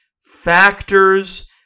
factors